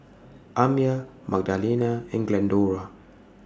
Amya Magdalena and Glendora